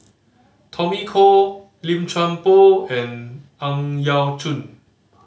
Tommy Koh Lim Chuan Poh and Ang Yau Choon